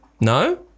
No